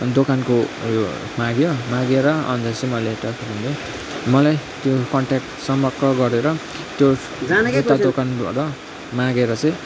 अन्त दोकानको उयो माग्यो मागेर अन्त चाहिँ मैले मलाई त्यो कन्याट सम्पर्क गरेर त्यो जुत्ता दोकानबाट मागेर चाहिँ